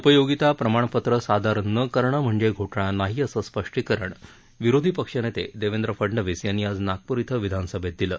उपयोगिता प्रमाणपत्रं सादर न करणं म्हणजे घोटाळा नाही असं स्पष्टीकरण विरोधी पक्षनेते देवेंद्र फडणवीस यांनी आज नागपूर इथं विधानसभेत दिलं